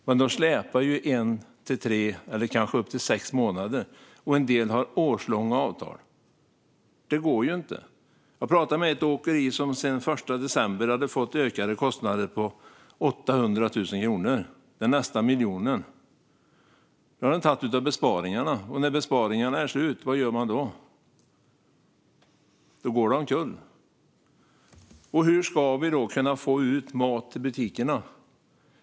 Men de släpar efter en till tre eller kanske upp till sex månader, och en del har årslånga avtal. Det går inte. Jag pratade med ett åkeri som sedan den 1 december hade fått ökade kostnader på 800 000 kronor - nästan miljonen. Det har de tagit av besparingarna. Och när besparingarna är slut - vad gör man då? Då går företaget omkull. Hur ska vi då kunna få ut mat till butikerna?